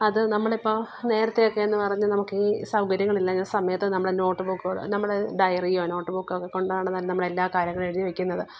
അത് നമ്മളിപ്പോള് നേരത്തേയൊക്കെയെന്നു പറഞ്ഞാല് നമുക്ക് സൗകര്യങ്ങളില്ലാഞ്ഞ സമയത്ത് നമ്മള് നോട്ട് ബുക്കുകള് നമ്മുടെ ഡയറിയോ നോട്ട് ബുക്കൊക്കെക്കൊണ്ടാണ് നമ്മളെല്ലാ കാര്യങ്ങളും എഴുതിവയ്ക്കുന്നത്